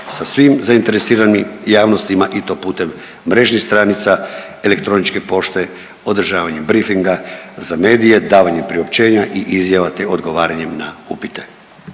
sa svim zainteresiranim javnostima i to putem mrežnih stranica, elektroničke pošte, održavanjem briefinga za medije, davanjem priopćenja i izjava, te odgovaranjem na upite.